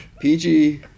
PG